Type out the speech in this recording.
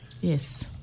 Yes